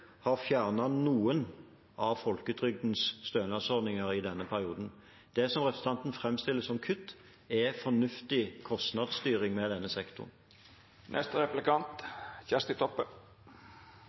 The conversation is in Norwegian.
har fjernet noen av folketrygdens stønadsordninger i denne perioden. Det som representanten framstiller som kutt, er fornuftig kostnadsstyring med denne